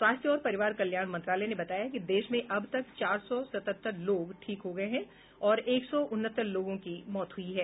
स्वास्थ्य और परिवार कल्याण मंत्रालय ने बताया है कि देश में अब तक चार सौ सतहत्तर लोग ठीक हो गए हैं और एक सौ उनहत्तर लोगों की मौत हुई है